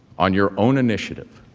on your own initiative,